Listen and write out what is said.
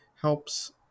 helps